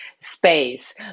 space